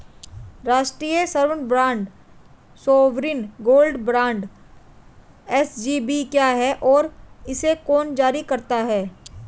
राष्ट्रिक स्वर्ण bond sovereign gold bond SGB क्या है और इसे कौन जारी करता है?